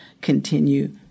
continue